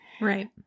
Right